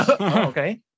Okay